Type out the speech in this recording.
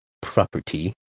property